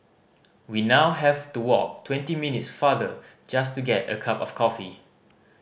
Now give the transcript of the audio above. we now have to walk twenty minutes farther just to get a cup of coffee